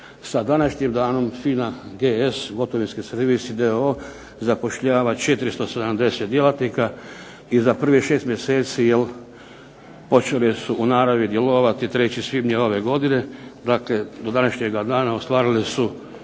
Sa današnjim danom FINA GS d.o.o. zapošljava 470 djelatnika i za prvih 6 mjeseci počele su u naravi djelovati 3. svibnja ove godine, dakle do današnjega dana ostvarile su